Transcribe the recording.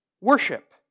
worship